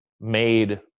made